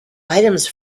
items